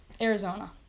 Arizona